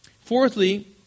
Fourthly